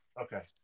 Okay